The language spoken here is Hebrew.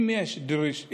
אם יש דרישה,